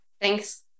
Thanks